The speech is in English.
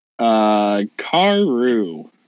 Karu